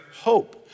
hope